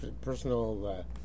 personal